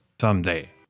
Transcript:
someday